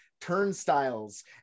turnstiles